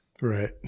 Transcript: Right